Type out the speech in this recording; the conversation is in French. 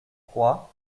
trois